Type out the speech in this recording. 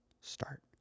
start